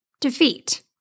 defeat